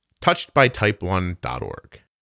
Touchedbytype1.org